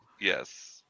Yes